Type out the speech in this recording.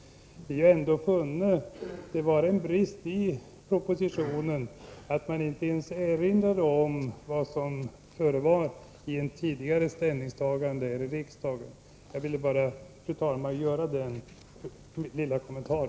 Vi har ändå funnit det vara en brist i propositionen att man inte ens erinrade om vad som förevar i ett tidigare ställningstagande här i riksdagen. Jag ville bara, fru talman, göra denna kommentar.